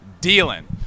dealing